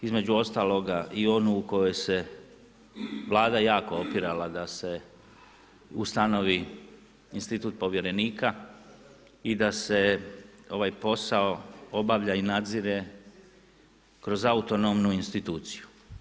Između ostaloga i onu u kojoj se Vlada jako opirala da se ustanovi institut povjerenika i da se ovaj posao obavlja i nadzire kroz autonomnu instituciju.